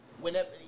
whenever